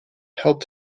helped